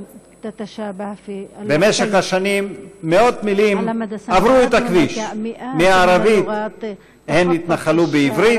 במשך השנים מאות מילים "עברו את הכביש" מהערבית והתנחלו בעברית,